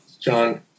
John